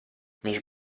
viņš